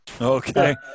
Okay